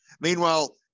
Meanwhile